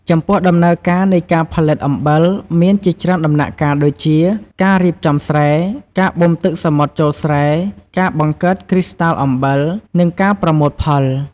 ចំពោះដំណើរការនៃការផលិតអំបិលមានជាច្រើនដំណាក់កាលដូចជា ការរៀបចំស្រែ ការបូមទឹកសមុទ្រចូលស្រែការបង្កើតគ្រីស្តាល់អំបិល និងការប្រមូលផល។